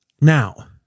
Now